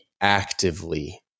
actively